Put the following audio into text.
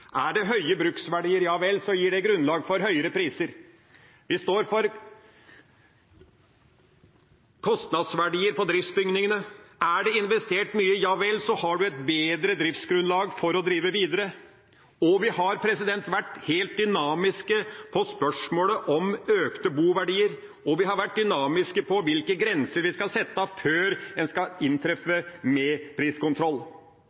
Er det høye bruksverdier, ja vel, så gir det grunnlag for høyere priser. Vi står for kostnadsverdier på driftsbygningene. Er det investert mye, ja vel, så har man et bedre driftsgrunnlag for å drive videre. Vi har vært helt dynamiske når det gjelder spørsmålet om økte boverdier, og vi har vært dynamiske når det gjelder hvilke grenser vi skal sette før en skal